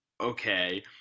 okay